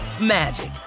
magic